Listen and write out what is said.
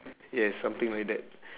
yes something like that